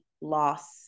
loss